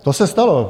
To se stalo.